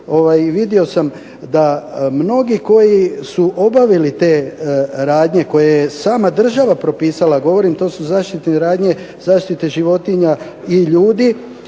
vidio sam da mnogi koji su obavili te radnje koje je sama država propisala, govorim to su zaštitne radnje zaštite životinja i ljudi,